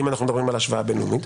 אם אנחנו מדברים על השוואה בין-לאומית.